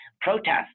protest